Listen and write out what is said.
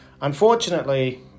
Unfortunately